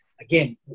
again